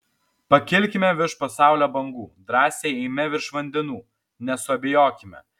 pakilkime virš pasaulio bangų drąsiai eime virš vandenų nesuabejokime